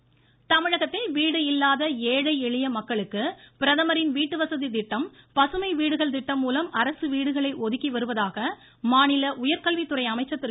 அன்பழகன் தமிழகத்தில் வீடு இல்லாத ஏழை எளிய மக்களுக்கு பிரதமாின் வீட்டுவசதி திட்டம் பசுமை வீடுகள் திட்டம் மூலம் அரசு வீடுகளை ஒதுக்கி வருவதாக மாநில உயர்கல்வித்துறை அமைச்சர் திரு